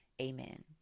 Amen